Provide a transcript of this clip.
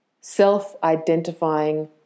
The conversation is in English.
self-identifying